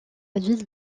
ville